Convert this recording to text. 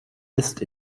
ist